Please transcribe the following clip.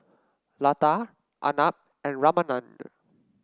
Lata Arnab and Ramanand